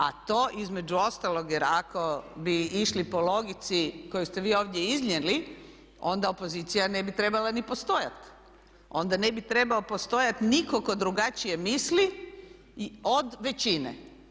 A to između ostalog, jer ako bi išli po logici koju ste vi ovdje iznijeli onda opozicija ne bi trebala ni postojati, onda ne bi trebao postojati nitko tko drugačije misli od većine.